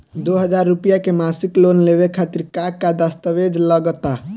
दो हज़ार रुपया के मासिक लोन लेवे खातिर का का दस्तावेजऽ लग त?